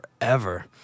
forever